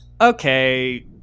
okay